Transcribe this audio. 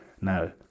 Now